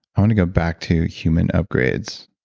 i want to go back to human upgrades.